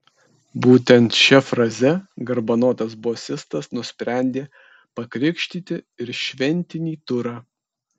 būtent šia fraze garbanotas bosistas nusprendė pakrikštyti ir šventinį turą